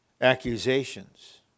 accusations